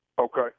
Okay